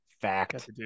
fact